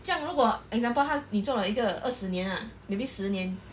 这样如果 example 他你做了一个二十年 lah maybe 十年